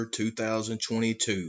2022